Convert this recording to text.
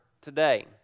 today